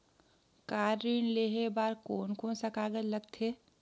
Car ऋण लेहे बार कोन कोन सा कागज़ लगथे?